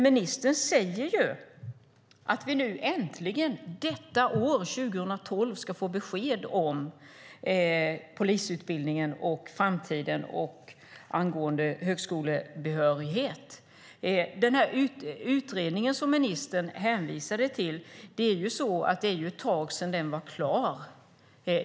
Ministern säger ju att vi nu äntligen detta år, 2012, ska få besked om polisutbildningen i framtiden angående högskolebehörighet. Det är ett tag sedan den utredning som ministern hänvisade till var klar. Det är fyra år sedan.